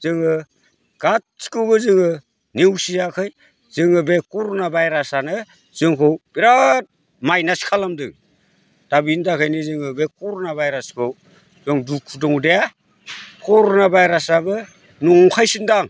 जोङो गासिखौबो जोङो नेवसियाखै जोङो बे कर'ना भाइरासानो जोंखौ बिराद माइनास खालामदों दा बिनि थाखायनो जोङो बे कर'ना भाइरासखौ दं दुखु दङदे कर'ना भाइरासाबो नंखायसोन्दां